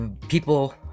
people